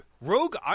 Rogue